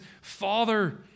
father